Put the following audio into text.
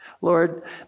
Lord